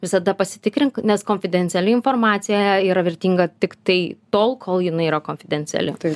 visada pasitikrink nes konfidenciali informacija yra vertinga tiktai tol kol jinai yra konfidenciali